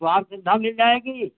वहाँ सुविधा मिल जाएगी